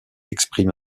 exprime